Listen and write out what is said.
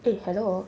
eh hello